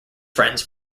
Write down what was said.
friends